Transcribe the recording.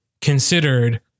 considered